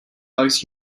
bugs